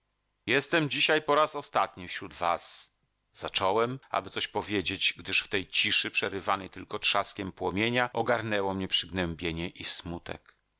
jestem dzisiaj po raz ostatni wśród was zacząłem aby coś powiedzieć gdyż w tej ciszy przerywanej tylko trzaskiem płomienia ogarnęło mnie przygnębienie i smutek